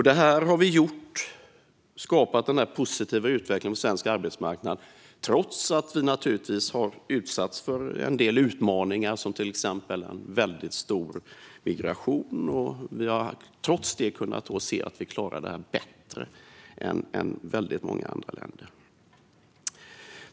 Denna positiva utveckling på svensk arbetsmarknad har vi skapat trots att vi har utsatts för en del utmaningar, till exempel en stor migration. Trots detta har vi klarat det bättre än många andra länder.